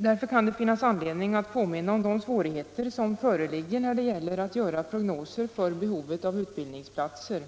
Det kan därför finnas anledning att påminna om de svårigheter som föreligger när det gäller att göra prognoser för behovet av utbildningsplatser.